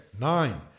nine